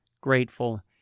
grateful